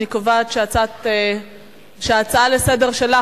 אני קובעת שההצעה לסדר-היום שלך,